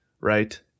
right